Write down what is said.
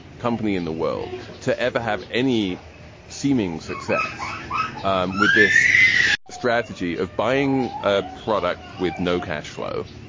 company in the world to ever have any seeming success um with this strategy of buying a product with no cash flow.